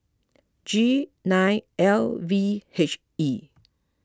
G nine L V H E